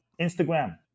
Instagram